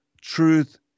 truth